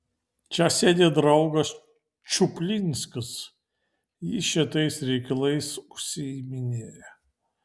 čia sėdi draugas čuplinskas jis šitais reikalais užsiiminėja